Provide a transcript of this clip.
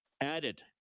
added